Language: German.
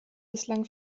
bislang